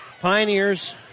Pioneers